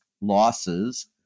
losses